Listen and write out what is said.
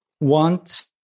want